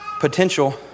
potential